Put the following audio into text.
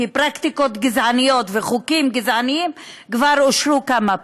כי פרקטיקות גזעניות וחוקים גזעניים כבר אושרו כמה פעמים.